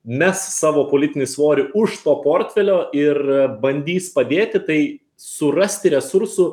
mes savo politinį svorį už to portfelio ir bandys padėti tai surasti resursų